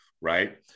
right